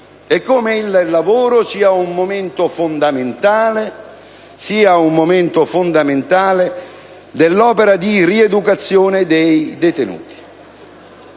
lavoro in carcere come un momento fondamentale dell'opera di rieducazione dei detenuti.